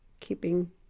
keeping